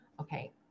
Okay